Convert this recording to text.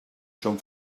són